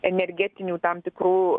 energetinių tam tikrų